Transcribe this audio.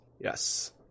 Yes